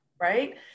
right